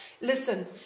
Listen